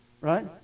Right